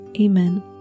Amen